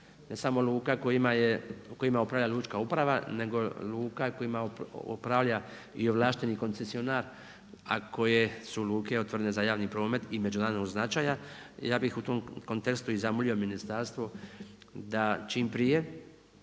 ne samo luka kojima upravlja Lučka uprava nego luka kojima upravlja i ovlašteni koncesionar a koje su luke otvorene za javni promet i međunarodnog značaja. Ja bih u tom kontekstu i zamolio ministarstvo da čim prije